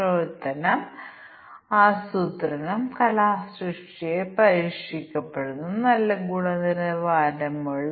അത്തരമൊരു സാഹചര്യത്തിനായി തീരുമാന പട്ടിക പരിശോധന കേസുകൾ രൂപകൽപ്പന ചെയ്യേണ്ടതുണ്ട്